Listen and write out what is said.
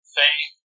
faith